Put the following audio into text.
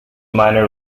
minor